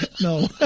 No